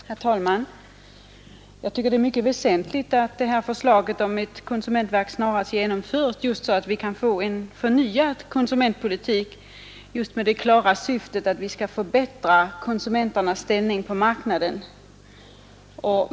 Herr talman! Jag tycker det är mycket väsentligt att detta förslag om ett konsumentverk snarast genomförs, så att vi kan få en förnyad konsumentpolitik med det klara syftet att förbättra konsumenternas ställning på marknaden.